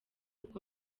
kuko